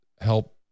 help